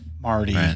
Marty